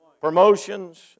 Promotions